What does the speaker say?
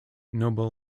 nobel